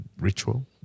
ritual